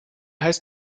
heißt